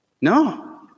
No